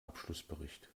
abschlussbericht